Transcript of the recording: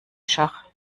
schach